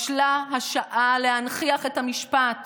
בשלה השעה להנכיח את המשפט